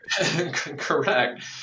correct